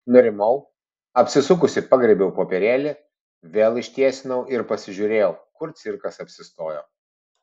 nurimau apsisukusi pagriebiau popierėlį vėl ištiesinau ir pasižiūrėjau kur cirkas apsistojo